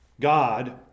God